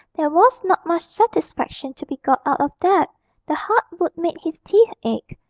there was not much satisfaction to be got out of that the hard wood made his teeth ache,